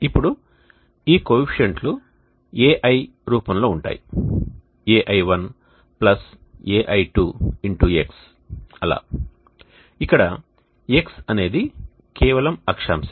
ఇప్పుడు ఈ కోఎఫీషియెంట్లు Ai రూపంలో ఉంటాయి ai1ai2x అలా ఇక్కడ x అనేది కేవలం అక్షాంశం